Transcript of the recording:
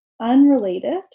unrelated